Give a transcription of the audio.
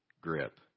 grip